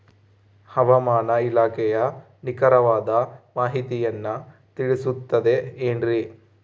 ಹವಮಾನ ಇಲಾಖೆಯ ನಿಖರವಾದ ಮಾಹಿತಿಯನ್ನ ತಿಳಿಸುತ್ತದೆ ಎನ್ರಿ?